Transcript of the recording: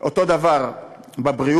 ואותו דבר בבריאות.